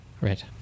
Right